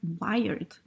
wired